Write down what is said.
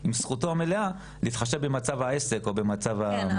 וזו זכותו המלאה להתחשב במצב העסק או במצב.